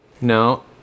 No